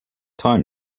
time